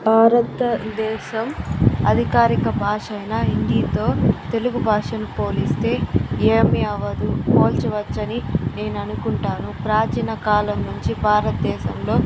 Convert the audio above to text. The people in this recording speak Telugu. భారతదేశం అధికారిక భాష అయిన హిందీతో తెలుగు భాషను పోలిస్తే ఏమి అవ్వదు పోల్చవచ్చని నేను అనుకుంటాను ప్రాచీన కాలం నుంచి భారత దేశంలో